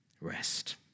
rest